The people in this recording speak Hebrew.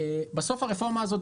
בסוף הרפורמה הזאת,